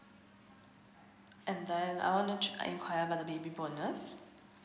and then I wanna enquire about the baby bonus